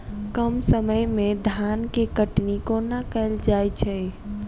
कम समय मे धान केँ कटनी कोना कैल जाय छै?